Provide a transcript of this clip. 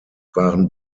waren